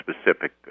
specific